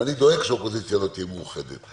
ואני דואג שהאופוזיציה לא תהיה מאוחדת...